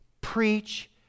preach